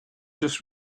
just